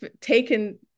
taken